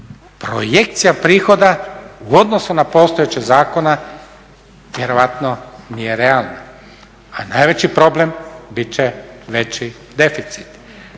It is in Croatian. Projekcija prihoda u odnosu na postojeće zakone vjerojatno nije realna. A najveći problem bit će veći deficit,